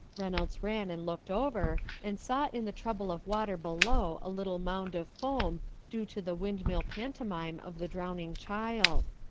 reynolds ran and looked over, and saw in the trouble of water below a little mound of foam due to the windmill pantomime of the drowning child.